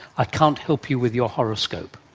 i can't help you with your horoscope.